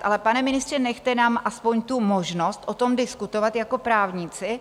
Ale, pane ministře, nechte nám aspoň tu možnost o tom diskutovat jako právníci.